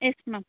yes ma'am